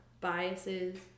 biases